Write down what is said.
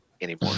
anymore